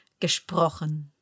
gesprochen